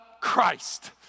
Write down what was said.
Christ